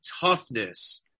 toughness